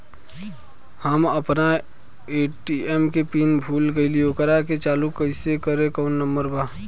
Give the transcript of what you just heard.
हम अपना ए.टी.एम के पिन भूला गईली ओकरा के चालू कइसे करी कौनो नंबर बा?